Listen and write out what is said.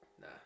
Nah